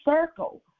circle